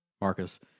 Marcus